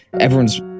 everyone's